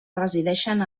resideixen